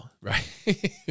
Right